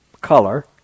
color